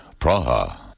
Praha